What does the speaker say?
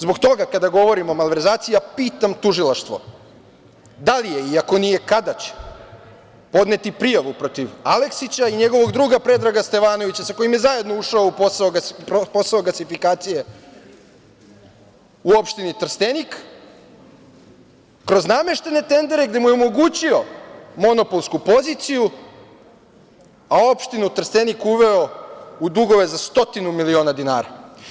Zbog toga, kada govorim o malverzacijama, pitam Tužilaštvo – da li je i ako nije kada će podneti prijavu protiv Aleksića i njegovog druga Predraga Stevanovića sa kojim je zajedno ušao u posao gasifikacije u opštini Trstenik kroz nameštene tendere gde mu je omogućio monopolsku poziciju, a opštinu Trstenik uveo u dugove za stotine miliona dinara?